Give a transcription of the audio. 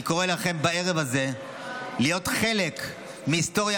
בערב הזה אני קורא לכם להיות חלק מהיסטוריה